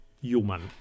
human